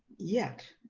yet.